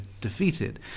defeated